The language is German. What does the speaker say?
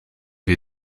wir